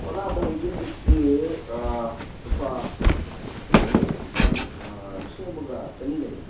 ꯕꯣꯔꯥꯗ ꯍꯧꯖꯤꯛ ꯍꯧꯖꯤꯛꯁꯤ ꯂꯨꯄꯥ ꯀꯩꯅꯣ ꯂꯩꯌꯦ ꯂꯨꯄꯥ ꯂꯤꯁꯤꯡ ꯑꯃꯒ ꯆꯅꯤ ꯂꯩꯌꯦ